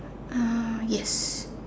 uh yes